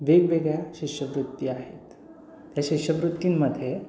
वेगवेगळ्या शिष्यवृत्ती आहेत त्या शिष्यवृत्तींमध्ये